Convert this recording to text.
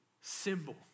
symbol